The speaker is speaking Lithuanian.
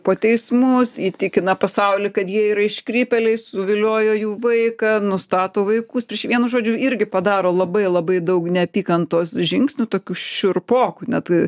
po teismus įtikina pasaulį kad jie yra iškrypėliai suviliojo jų vaiką nustato vaikus prieš jį vienu žodžiu irgi padaro labai labai daug neapykantos žingsnių tokių šiurpokų net